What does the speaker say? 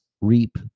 reap